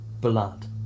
blood